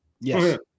Yes